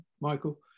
Michael